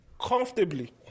Comfortably